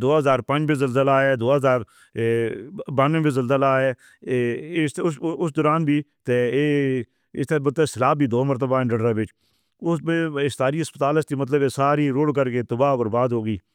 دوہزار پنج ڈیجل دوہزار۔ اُس دوران وی اُس میں ساری ہسپتال مطلب ساری کر کے برباد ہو گئی۔